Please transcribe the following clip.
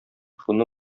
шуны